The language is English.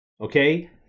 okay